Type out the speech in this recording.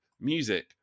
Music